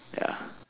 ya